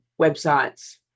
websites